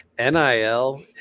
NIL